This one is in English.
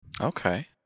Okay